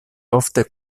ofte